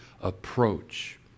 approach